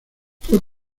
fue